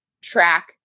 track